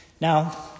Now